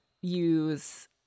use